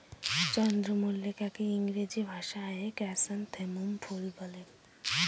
চন্দ্রমল্লিকাকে ইংরেজি ভাষায় ক্র্যাসনথেমুম ফুল বলে